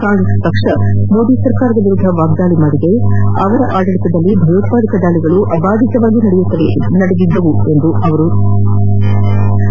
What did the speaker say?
ಕಾಂಗ್ರೆಸ್ ಪಕ್ಷ ಮೋದಿ ಸರ್ಕಾರದ ವಿರುದ್ದ ವಾಗ್ದಾಳಿ ಮಾಡಿದ್ದು ಅವರ ಆಡಳಿತದಲ್ಲಿ ಭಯೋತ್ವಾದಕ ದಾಳಿಗಳು ಅಬಾಧಿತವಾಗಿ ನಡೆಯುತ್ತವೆ ಎಂದು ಟೀಕಿಸಿದೆ